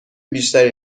بیشتری